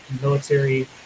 military